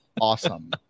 awesome